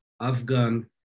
Afghan